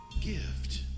gift